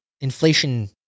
inflation